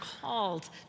called